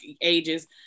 ages